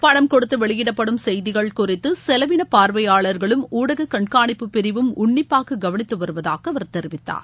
பணம் கொடுத்து வெளியிடப்படும் செய்திகள் குறித்து செலவினப் பார்வையாளர்களும் ஊடக கண்ணனிப்புப் பிரிவும் உன்னிப்பாக கவனித்து வருவதாக அவர் தெரிவித்தார்